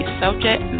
subject